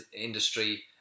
industry